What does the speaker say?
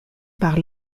par